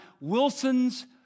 Wilson's